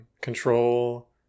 Control